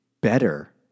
better